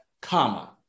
comma